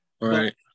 right